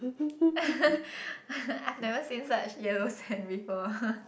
I have never seen such yellow sand before